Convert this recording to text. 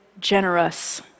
generous